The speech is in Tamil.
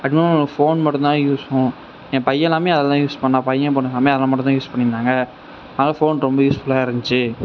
அதுவும் ஃபோன் மட்டுந்தான் யூஸ் பண்ணும் என் பையனெலாமே அது தான் யூஸ் பண்ணான் பையன் பொண்ணெலாமே அது மட்டுந்தான் யூஸ் பண்ணியிருந்தாங்க அதனால் ஃபோன் ரொம்ப யூஸ் ஃபுல்லாக இருந்துச்சு